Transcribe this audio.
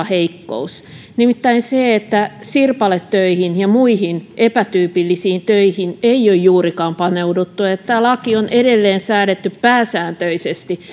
heikkous nimittäin se että sirpaletöihin ja muihin epätyypillisiin töihin ei ole juurikaan paneuduttu ja tämä laki on säädetty edelleen pääsääntöisesti